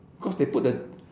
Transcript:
cause they put the